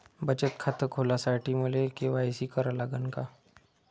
बचत खात खोलासाठी मले के.वाय.सी करा लागन का?